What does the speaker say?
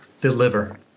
deliver